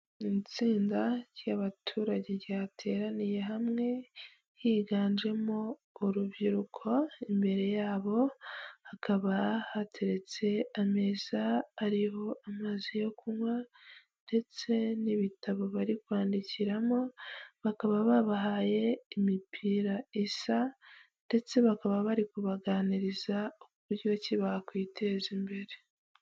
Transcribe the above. Itsinda ry'abaturage ryateraniye hamwe, higanjemo urubyiruko imbere yabo hakaba hateretse ameza ariho amazi yo kunywa, ndetse n'ibitabo bari kwandikiramo bakaba babahaye imipira isa, ndetse bakaba bari kubaganiriza uburyo ki bakwiteza imbere.